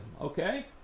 okay